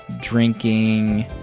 Drinking